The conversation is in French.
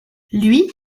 lui